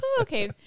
Okay